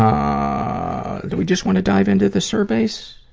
um ah do we just want to dive into the surveys?